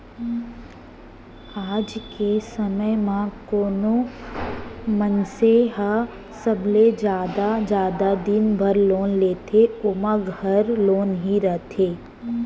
आज के समे म कोनो मनसे ह सबले जादा जादा दिन बर लोन लेथे ओमा घर लोन ही रथे